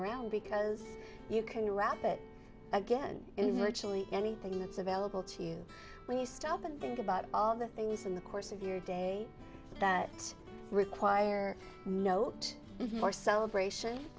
around because you can wrap it again in virtually anything that's available to you when you stop and think about all the things in the course of your day that require note for celebration